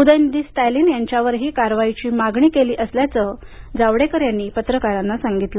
उदयनिधी स्टॅलिन यांच्या वरही कारवाईची मागणी केली असल्याचं जावडेकर यांनी सांगितलं